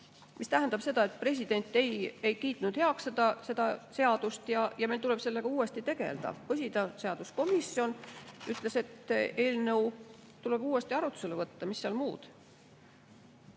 See tähendab seda, et president ei kiitnud heaks seda seadust ja meil tuleb sellega uuesti tegeleda. Põhiseaduskomisjon ütles, et eelnõu tuleb uuesti arutusele võtta, mis seal muud.